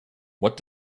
what